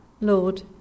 Lord